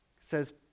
says